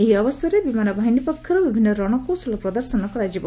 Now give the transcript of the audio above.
ଏହି ଅବସରରେ ବିମାନ ବାହିନୀ ପକ୍ଷରୁ ବିଭିନ୍ନ ରଣକୌଶଳ ପ୍ରଦର୍ଶନ କରାଯିବ